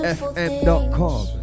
fm.com